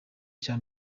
cya